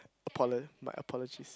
apolo~ my apologies